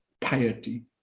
piety